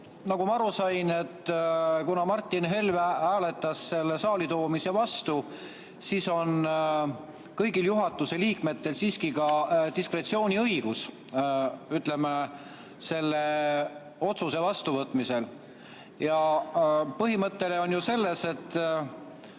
Nagu ma aru sain, et kuna Martin Helme hääletas selle saali toomise vastu, siis on kõigil juhatuse liikmetel siiski diskretsiooniõigus, ütleme, selle otsuse vastuvõtmisel. Põhimõte on ju selles, et